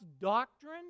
doctrine